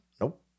Nope